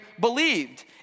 believed